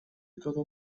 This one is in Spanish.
todo